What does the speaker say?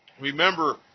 Remember